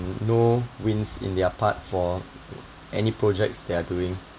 no wins in their part for any projects they are doing